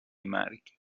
مرگ